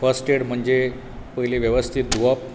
first aid म्हणजे पयली वेवस्थीत धुवप